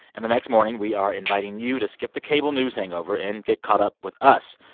and the next morning, we are inviting you to skip the cable news hangover and get caught up with us.